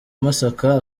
masaka